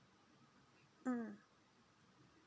mm